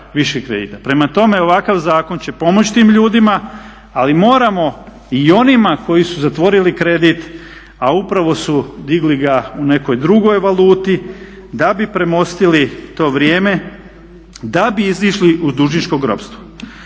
Prema tome, ovakav zakon će pomoći tim ljudima, ali moramo i onima koji su zatvorili kredit, a upravo su digli ga u nekoj drugoj valuti da bi premostili to vrijeme, da bi izašli iz dužničkog ropstva.